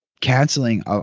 canceling